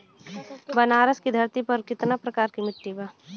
बनारस की धरती पर कितना प्रकार के मिट्टी बा?